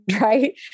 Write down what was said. right